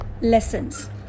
lessons